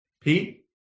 Pete